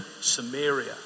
Samaria